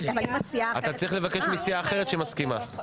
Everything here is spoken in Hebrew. אתה צריך לבקש מסיעה אחרת שמסכימה.